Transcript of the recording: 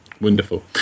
Wonderful